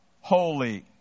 holy